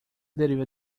deveria